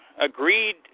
agreed